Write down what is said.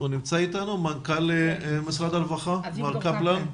נמצא איתנו מנכ"ל משרד הרווחה מר קפלן?